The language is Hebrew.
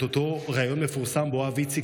את אותו ריאיון מפורסם שבו האב איציק